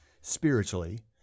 spiritually